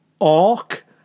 arc